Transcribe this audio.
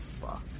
fuck